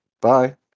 Bye